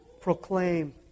proclaim